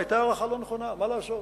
היתה הערכה לא נכונה, מה לעשות?